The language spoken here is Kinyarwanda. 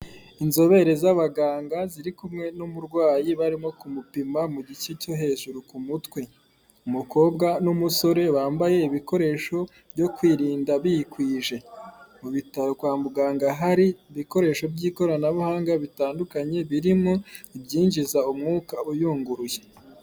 Inzobere z'abaganga ziri kumwe n'umurwayi barimo kumupima mu gice cyo hejuru ku mutwe. Umukobwa n'umusore bambaye ibikoresho byo kwirinda bikwije, mu bitaro kwa muganga hari ibikoresho by'ikoranabuhanga bitandukanye birimo ibyinjiza umwuka uyunguruye.